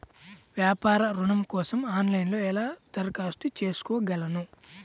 వ్యాపార ఋణం కోసం ఆన్లైన్లో ఎలా దరఖాస్తు చేసుకోగలను?